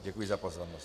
Děkuji za pozornost.